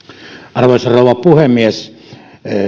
arvoisa rouva puhemies